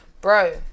bro